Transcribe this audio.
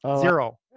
Zero